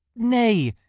nay,